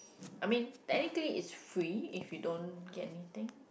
I mean technically it's free if you don't get anything